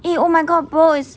eh oh my god bro